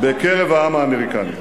בקרב העם האמריקני.